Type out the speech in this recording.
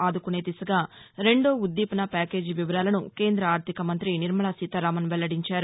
ఆదుకునే దిశగా రెండో ఉద్దీపన ప్యాకేజీ వివరాలను కేంద్ర ఆర్థిక మంతి నిర్మలా సీతారామన్ వెల్లడించారు